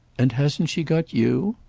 and hasn't she got you?